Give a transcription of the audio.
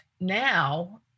now